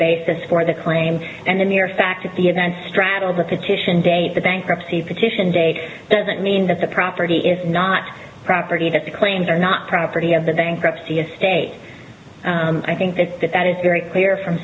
basis for the claim and the mere fact that the event straddles the petition date the bankruptcy partition date doesn't mean that the property is not property that the claims are not property of the bankruptcy estate i think that that is very clear from